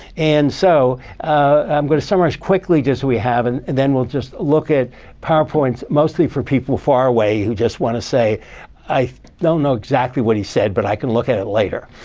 and so i'm going to summarize quickly just what we have, and then we'll just look at powerpoints mostly for people far away who just want to say i don't know exactly what he said. but i can look at it later.